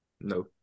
No